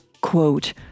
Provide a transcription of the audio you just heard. Quote